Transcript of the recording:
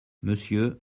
monsieur